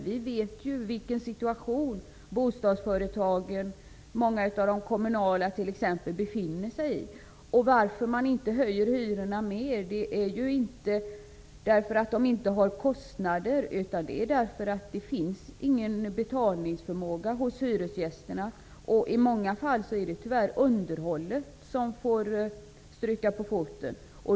Vi vet ju vilken situation bostadsföretagen, t.ex. många kommunala sådana, befinner sig i. Skälet till att de inte höjer hyrorna mer är ju inte att de inte har kostnader, utan det är att det inte finns någon betalningsförmåga hos hyresgästerna. I många fall är det tyvärr underhållet som får stryka på foten.